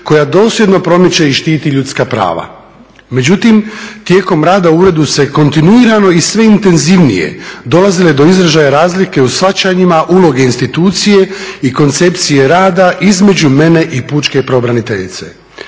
koja dosljedno promiče i štiti ljudska prava. Međutim, tijekom rada u uredu se kontinuirano i sve intenzivnije dolazile do izražaja razlike u shvaćanjima uloge institucije i koncepcije rada između mene i pučke pravobraniteljice.